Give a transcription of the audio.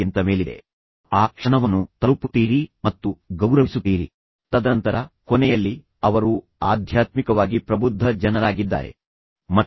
ಅದೇ ಸಮಯದಲ್ಲಿ ಅವರು ಪರಸ್ಪರ ಈ ರೀತಿ ನೋಯಿಸಲು ಪ್ರಾರಂಭಿಸಬಾರದು ಎಂದು ಅವರಿಗೆ ಮನವರಿಕೆ ಮಾಡಿಕೊಡಿ